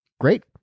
great